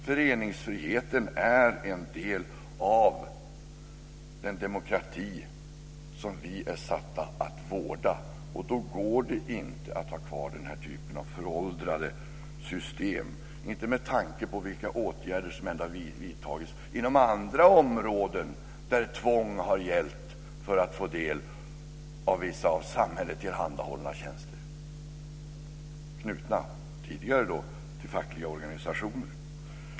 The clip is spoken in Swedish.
Föreningsfriheten är en del av den demokrati som vi är satta att vårda, och då går det inte att ha kvar den här typen av föråldrade system. Det går inte med tanke på de åtgärder som har vidtagits inom andra områden där tvång har gällt för att få del av vissa av samhället tillhandahållna tjänster, tidigare knutna till fackliga organisationer.